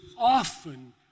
often